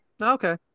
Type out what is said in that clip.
Okay